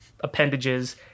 appendages